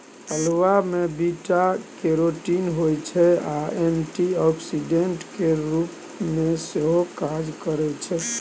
अल्हुआ मे beta carotene होइ छै आ एंटीआक्सीडेंट केर रुप मे सेहो काज करय छै